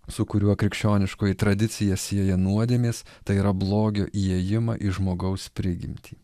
su kuriuo krikščioniškoji tradicija sieja nuodėmės tai yra blogio įėjimą į žmogaus prigimtį